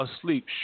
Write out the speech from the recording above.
asleep